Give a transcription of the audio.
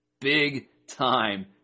Big-time